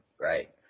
right